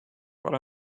but